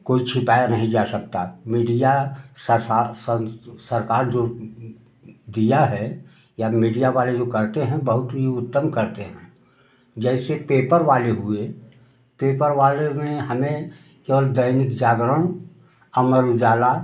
कोई छिपाया नहीं जा सकता मीडिया सरफा सरकार जो दिया है या मीडिया वाले जो करते हैं बहुत ही उत्तम करते हैं जैसे पेपर वाले हुए पेपर वाले में हमें केवल दैनिक जागरण अमर उजाला